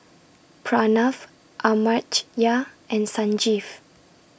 Pranav Amartya and Sanjeev